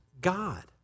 God